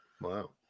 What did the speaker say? wow